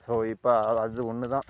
so இப்போ அது ஒன்று தான்